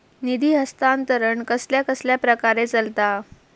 निधी हस्तांतरण कसल्या कसल्या प्रकारे चलता?